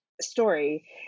story